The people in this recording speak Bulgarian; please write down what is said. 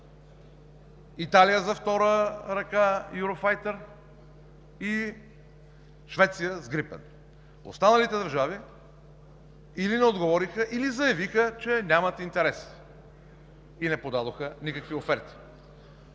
Италия за втора ръка „Юрофайтър“ и Швеция с „Грипен“. Останалите държави или не отговориха, или заявиха, че нямат интерес и не подадоха никакви оферти.